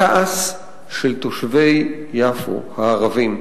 הכעס של תושבי יפו הערבים,